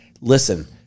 listen